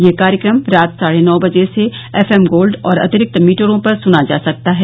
यह कार्यक्रम रात साढे नौ बजे से एफएम गोल्ड और अतिरिक्त मीटरों पर सुना जा सकता है